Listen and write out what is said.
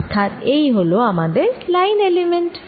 অর্থাৎ এই হল আমাদের লাইন এলিমেন্ট